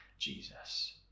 Jesus